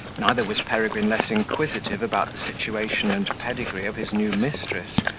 neither was peregrine less inquisitive about the situation and pedigree of his new mistress,